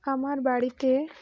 আমার বাড়িতে